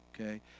okay